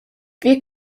wir